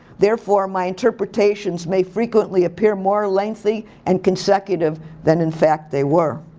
therefore, my interpretations may frequently appear more lengthy and consecutive than in fact they were.